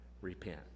Repent